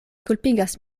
kulpigas